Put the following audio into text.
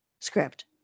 script